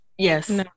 Yes